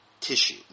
Tissue